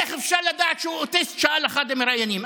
איך אפשר לדעת שהוא אוטיסט, שאל אחד המראיינים.